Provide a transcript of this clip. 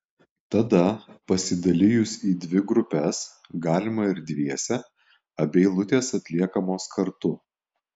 tada pasidalijus į dvi grupes galima ir dviese abi eilutės atliekamos kartu